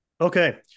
Okay